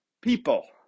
people